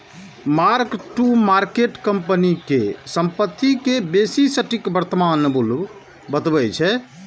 mark to market company के संपत्ति के बेसी सटीक वर्तमान मूल्य बतबै छै